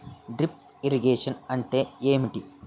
Drip irrigation అంటే ఏమిటి?